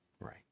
Right